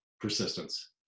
persistence